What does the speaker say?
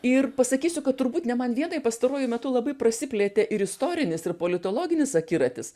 ir pasakysiu kad turbūt ne man vienai pastaruoju metu labai prasiplėtė ir istorinis ir politologinis akiratis